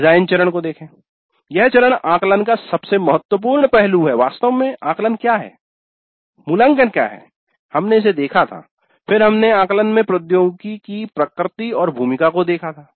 design चरण यह चरण आकलन का सबसे महत्वपूर्ण पहलू है वास्तव में आकलन क्या है मूल्यांकन क्या है हमने इसे देखा था फिर हमने आकलन में प्रौद्योगिकी की प्रकृति और भूमिका को देखा था